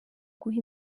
guha